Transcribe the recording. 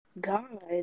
God